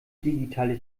digitale